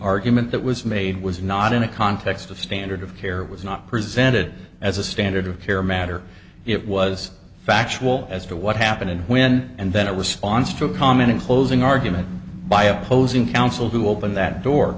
argument that was made was not in a context of standard of care was not presented as a standard of care matter it was factual as to what happened and when and then it was sponsored to comment in closing argument by opposing counsel who opened that door